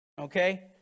okay